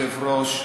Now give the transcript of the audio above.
כבוד היושב-ראש,